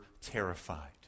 terrified